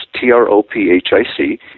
T-R-O-P-H-I-C